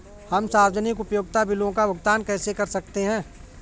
हम सार्वजनिक उपयोगिता बिलों का भुगतान कैसे कर सकते हैं?